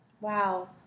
Wow